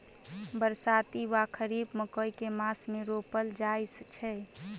बरसाती वा खरीफ मकई केँ मास मे रोपल जाय छैय?